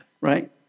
Right